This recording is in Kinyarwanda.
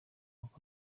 uncle